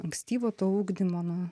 ankstyvo to ugdymo nuo